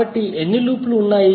కాబట్టి ఎన్ని లూప్ లు ఉన్నాయి